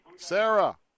Sarah